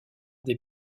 des